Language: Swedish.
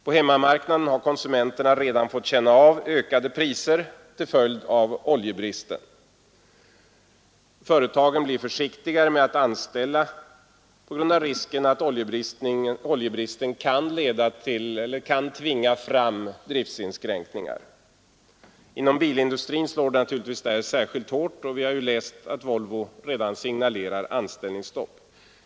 På hemmamarknaden har konsumenterna redan fått känna av ökade priser till följd av oljebristen. Företagen blir försiktigare med att anställa på grund av risken att oljebristen kan tvinga fram driftinskränkningar. Inom bilindustrin slår detta naturligtvis särskilt hårt, och vi har läst att Volvo redan har signalerat anställningsstopp.